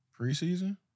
Preseason